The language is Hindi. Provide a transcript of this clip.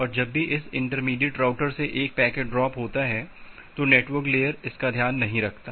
और जब भी इस इंटरमीडिएट राउटर से एक पैकेट ड्राप होता है तो नेटवर्क लेयर इसका ध्यान नहीं रखता